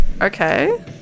Okay